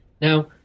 Now